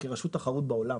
בצורה עולמית.